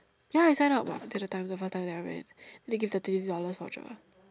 ya I sign up what that time the first time that I went they give the thirty dollars voucher